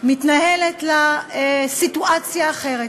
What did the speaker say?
מתנהלת סיטואציה אחרת.